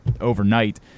overnight